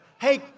Hey